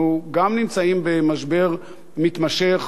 אנחנו נמצאים במשבר מתמשך